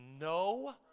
no